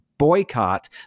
boycott